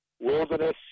wilderness